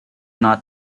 not